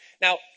now